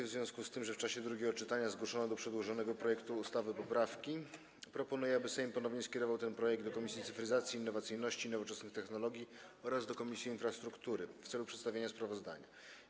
W związku z tym, że w czasie drugiego czytania zgłoszono do przedłożonego projektu ustawy poprawki, proponuję, aby Sejm ponownie skierował ten projekt do Komisji Cyfryzacji, Innowacyjności i Nowoczesnych Technologii oraz do Komisji Infrastruktury w celu przedstawienia sprawozdania.